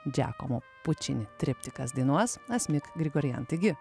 džekomo pučini triptikas dainuos asmik grigorian taigi